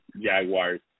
Jaguars